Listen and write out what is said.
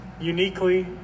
uniquely